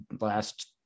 last